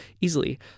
easily